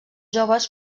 joves